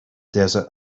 desert